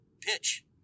pitch